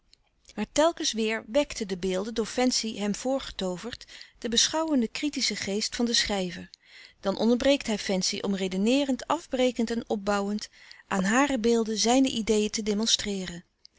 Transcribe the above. maar telkens weer wekten de beelden door fancy hem voorgetooverd den beschouwenden kritischen geest van den schrijver dan onderbreekt hij fancy om redeneerend afbrekend en opbouwend aan hare beelden zijne ideen te